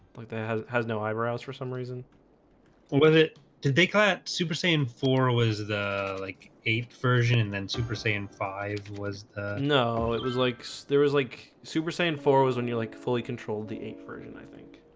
like that has has no eyebrows for some reason with it did they caught super saiyan four was the like eight version and then super saiyan five was no it was like so there was like super saiyan four was when you're like fully controlled the eight version, i think